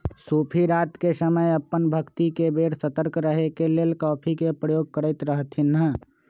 सूफी रात के समय अप्पन भक्ति के बेर सतर्क रहे के लेल कॉफ़ी के प्रयोग करैत रहथिन्ह